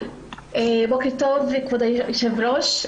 בוקר טוב, כבוד היושב-ראש.